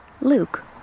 Luke